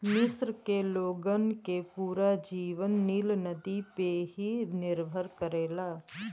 मिस्र के लोगन के पूरा जीवन नील नदी पे ही निर्भर करेला